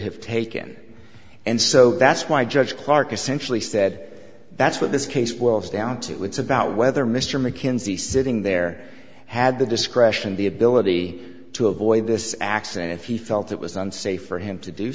have taken and so that's why judge clark essentially said that's what this case was down to it's about whether mr mckenzie sitting there had the discretion the ability to avoid this accident if he felt it was unsafe for him to do